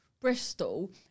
Bristol